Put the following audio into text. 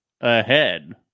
ahead